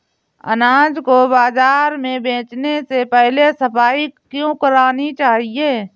अनाज को बाजार में बेचने से पहले सफाई क्यो करानी चाहिए?